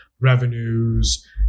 revenues